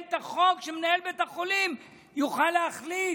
את החוק שמנהל בית החולים יוכל להחליט.